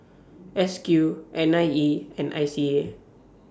S Q N I E and I C A